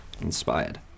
Inspired